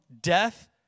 death